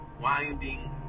winding